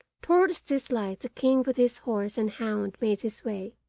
towards this light the king with his horse and hound made his way,